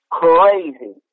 crazy